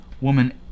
woman